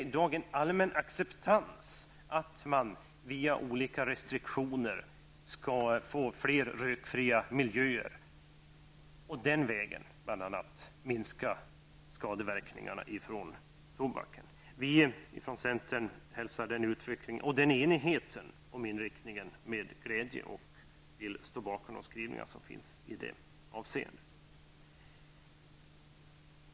Där är det allmänt accepterat att man via olika restriktioner skall få fler rökfria miljöer och den vägen försöka minska skadeverkningarna från tobaken. Vi från centern hälsar denna utveckling och den enighet som råder i fråga om inriktningen med glädje. Vi står bakom de skrivningar som finns i det avseendet.